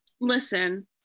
Listen